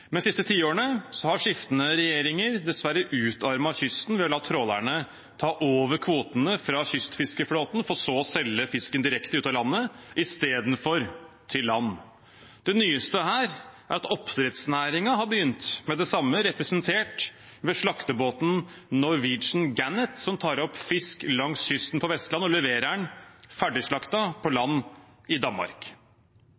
men de siste tiårene har skiftende regjeringer dessverre utarmet kysten ved å la trålerne ta over kvotene fra kystfiskeflåten for så å selge fisken direkte ut av landet istedenfor til land. Det nyeste her er at oppdrettsnæringen har begynt med det samme, representert ved slaktebåten «Norwegian Gannet», som tar opp fisk langs kysten på Vestlandet og leverer den ferdig slaktet på